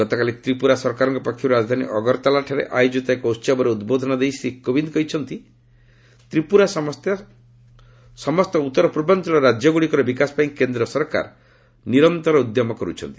ଗତକାଲି ତ୍ରିପୁରା ସରକାରଙ୍କ ପକ୍ଷରୁ ରାଜଧାନୀ ଅଗରତାଲାଠାରେ ଆୟୋଜିତ ଏକ ଉହବରେ ଉଦ୍ବୋଧନ ଦେଇ ଶ୍ରୀ କୋବିନ୍ଦ କହିଛନ୍ତି ଯେ ତ୍ରିପୁରା ସମେତ ସମସ୍ତ ଉତ୍ତର୍ବାଞ୍ଚଳ ରାଜ୍ୟଗୁଡ଼ିକର ବିକାଶ ପାଇଁ କେନ୍ଦ୍ର ସରକାର ନିରନ୍ତର ଉଦ୍ୟମ କରୁଛନ୍ତି